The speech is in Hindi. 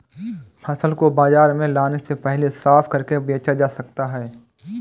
फसल को बाजार में लाने से पहले साफ करके बेचा जा सकता है?